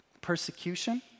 Persecution